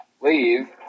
leave